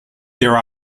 there